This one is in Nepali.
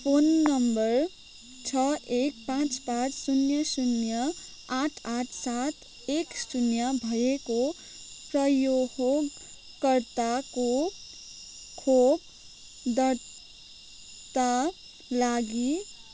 फोन नम्बर छ एक पाँच पाँच शून्य शून्य आठ आठ सात एक शून्य भएको प्रयोगकर्ताको खोप दर्ताका लागि